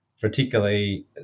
particularly